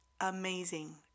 amazing